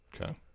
okay